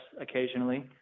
occasionally